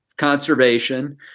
conservation